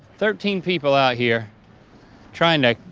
thirteen people out here trying to